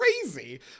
crazy